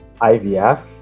IVF